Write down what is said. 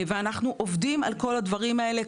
אנחנו עובדים על כל הדברים האלה,